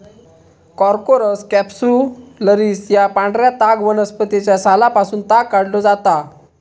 Corchorus capsularis या पांढऱ्या ताग वनस्पतीच्या सालापासून ताग काढलो जाता